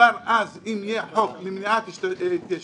אז אם יהיה חוק למניעת התיישנות